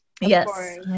yes